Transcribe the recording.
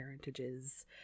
parentages